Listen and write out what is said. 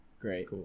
Great